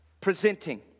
presenting